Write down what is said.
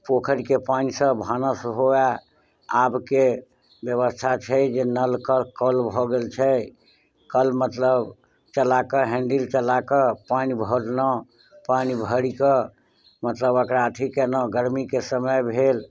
पोखरि के पानि सऽ भानस हुए आबके जे ब्यवस्था छै जे नल के कल भऽ गेल छै कल मतलब चला कऽ हैन्डिल चला कऽ पानि भरलहुॅं पानि भरिकऽ मतलब एकरा अथी केलहुॅं गरमी के समय भेल